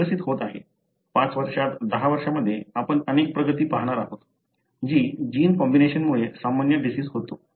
हे विकसित होत आहे 5 वर्षात 10 वर्षांमध्ये आपण अनेक प्रगती पाहणार आहोत जी जीन कॉम्बिनेशनमुळे सामान्य डिसिज होतो